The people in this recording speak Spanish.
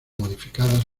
modificadas